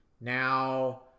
Now